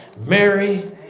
Mary